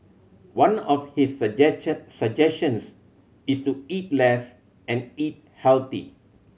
one of his suggestions is to eat less and eat health